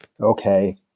okay